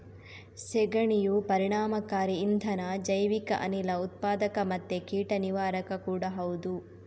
ಸೆಗಣಿಯು ಪರಿಣಾಮಕಾರಿ ಇಂಧನ, ಜೈವಿಕ ಅನಿಲ ಉತ್ಪಾದಕ ಮತ್ತೆ ಕೀಟ ನಿವಾರಕ ಕೂಡಾ ಹೌದು